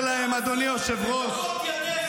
השר בן גביר, גם השנה אתה מתחפש לברוך גולדשטיין?